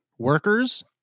Workers